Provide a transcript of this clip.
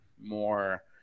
more